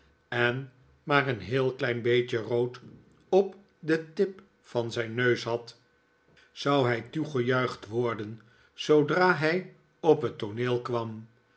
en maar een heel klein beetje rood op den tip van zijn neus had zou hij toegejuicht worden zoodra hij op het tooneel kwam